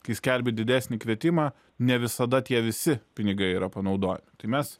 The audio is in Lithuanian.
kai skelbi didesnį kvietimą ne visada tie visi pinigai yra panaudojami tai mes